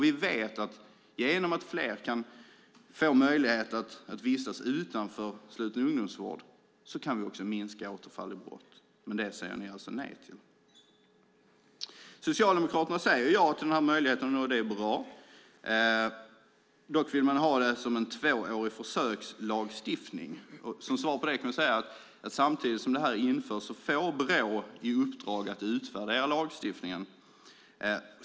Vi vet att genom att ge fler möjlighet att vistas utanför sluten ungdomsvård kan vi minska återfall i brott. Det säger ni alltså nej till. Socialdemokraterna säger ja till den här möjligheten, och det är bra. Dock vill man ha det som en tvåårig försökslagstiftning. Som svar på det kan jag säga att samtidigt som det här införs får Brå i uppdrag att utvärdera lagstiftningen.